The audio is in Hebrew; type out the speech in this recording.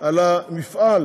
על המפעל